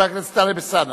חבר הכנסת טלב אלסאנע,